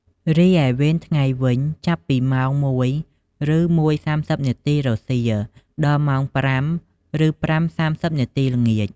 រីឯវេនថ្ងៃវិញ ចាប់ពីម៉ោង ១:០០ ឬ១:៣០ នាទីរសៀល ដល់ម៉ោង ៥:០០ឬ៥:៣០នាទីល្ងាច។